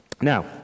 Now